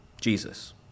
Jesus